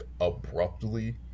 abruptly